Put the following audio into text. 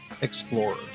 Explorer